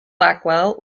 blackwell